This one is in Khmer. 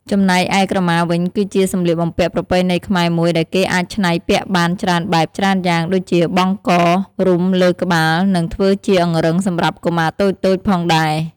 ចំណែកឯក្រម៉ាវិញគឺជាសម្លៀកបំពាក់ប្រពៃណីខ្មែរមួយដែលគេអាចឆ្នៃពាក់បានច្រើនបែបច្រើនយ៉ាងដូចជាបង់ក រុំលើក្បាលនិងធ្វើជាអង្រឹងសម្រាប់កុមារតូចៗផងដែរ។